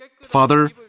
Father